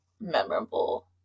memorable